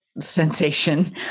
sensation